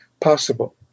possible